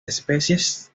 especies